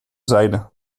zijde